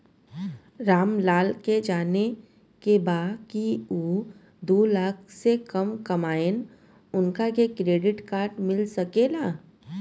राम लाल के जाने के बा की ऊ दूलाख से कम कमायेन उनका के क्रेडिट कार्ड मिल सके ला?